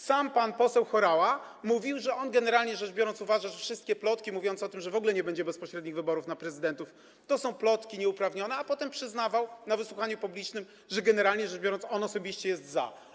Sam pan poseł Horała mówił, że on, generalnie rzecz biorąc, uważa, że wszystkie plotki mówiące o tym, że w ogóle nie będzie bezpośrednich wyborów na prezydentów, to są plotki nieuprawnione, a potem przyznawał na wysłuchaniu publicznym, że on osobiście jest za.